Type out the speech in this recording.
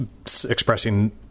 expressing